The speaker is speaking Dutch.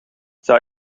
zou